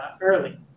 early